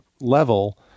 Level